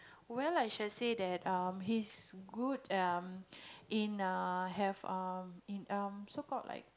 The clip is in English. well I shall say that um he's good um in uh have uh in um so called like